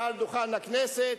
מעל דוכן הכנסת,